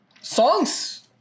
Songs